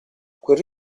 questo